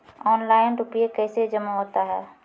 Online रुपये कैसे जमा होता हैं?